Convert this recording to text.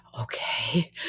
okay